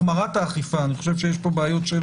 אני חושב שכדאי לחשוב לצד החמרת האכיפה יש בעיות של